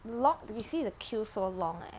lor you see the queue so long eh